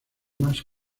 más